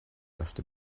after